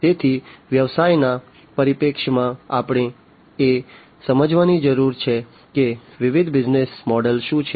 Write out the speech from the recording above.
તેથી વ્યવસાયના પરિપ્રેક્ષ્યમાં આપણે એ સમજવાની જરૂર છે કે વિવિધ બિઝનેસ મોડલ શું છે